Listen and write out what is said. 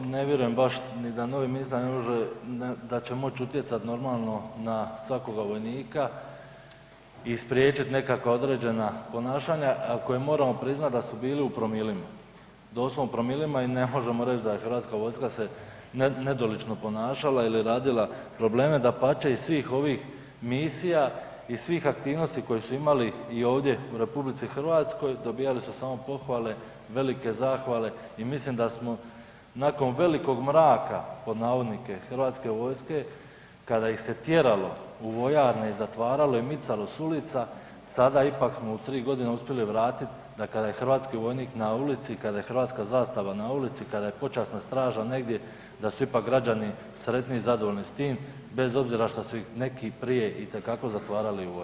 Ne vjerujem baš ni da novi ministar, da će moći utjecati normalno na svakoga vojnika i spriječiti nekakva određena ponašanja, ako je morao prozvati da su bili u promilima, doslovno u promilima i ne možemo reći da je Hrvatska vojska se nedolično ponašala ili radila probleme, dapače iz svih ovih misija i svih aktivnosti koje su imali i ovdje u RH, dobivali su samo pohvale, velike zahvale i mislim da smo nakon velikog mraka pod navodnike Hrvatske vojske kada ih se tjeralo u vojarne i zatvaralo i micalo s ulica, sada ipak smo u 3 godine uspjeli vratiti da kada je hrvatski vojnik na ulici, kada je hrvatska zastava na ulici, kada je počasna straža negdje, da su ipak građani sretniji i zadovoljni s tim, bez obzira što su ih neki prije itekako zatvarali u vojarne.